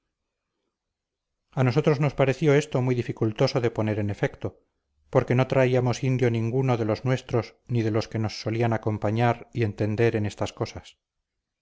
a nosotros nos pareció esto muy dificultoso de poner en efecto porque no traíamos indio ninguno de los nuestros ni de los que nos solían acompañar y entender en estas cosas